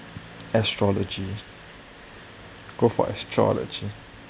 astrology go for astrology